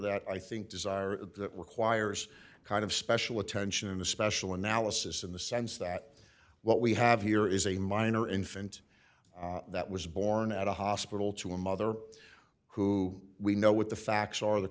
that i think desire that requires kind of special attention a special analysis in the sense that what we have here is a minor infant that was born at a hospital to a mother who we know what the facts are the